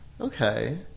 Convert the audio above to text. Okay